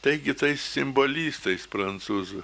taigi tais simbolistais prancūzų